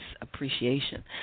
appreciation